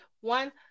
one